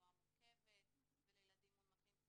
לתחלואה מורכבת ולילדים מונמכים,